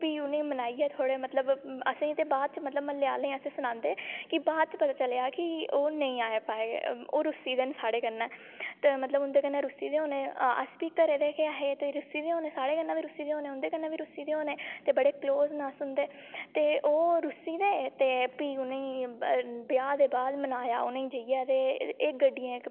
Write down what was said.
फ्ही उ'नेंगी मनाइयै थोह्ड़े मतलब असेंगी ते बाद च म्हल्ले आह्लें गी अस सनांदे कि बाद च पता चलेआ कि ओह् नेईं आई पाए ओह् रुस्सी गेदे न साढ़े कन्नै ते मतलब उं'दे कन्नै रुस्सी गेदे होने अस बी घरै दे गै रुस्सी दे होने साढ़ै कन्नै बी रुस्सी दे होने उंदे कन्नै बी रुट्टी दे होने ते बड़े क्लोज न अस उं'दे ते ओह् रुस्सी दे ते फ्ही उ'नेंगी ब्याह् दे बाद मनाया उ'नेंगी जाइयै ते एह् गड्डियां